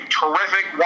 terrific